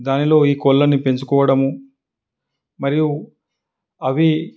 దానిలో ఈ కోళ్ళని పెంచుకోవడము మరియు అవి